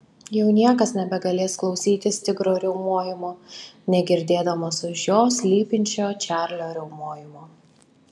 jau niekas nebegalės klausytis tigro riaumojimo negirdėdamas už jo slypinčio čarlio riaumojimo